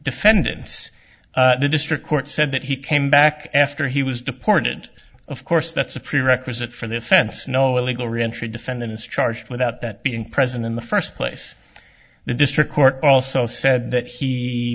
defendants the district court said that he came back after he was deported of course that's a prerequisite for the offense no illegal reentry defendant is charged without that being present in the first place the district court also said that he